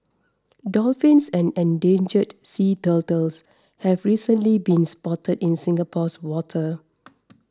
dolphins and endangered sea turtles have recently been spotted in Singapore's water